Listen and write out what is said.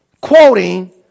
quoting